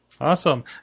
awesome